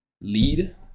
lead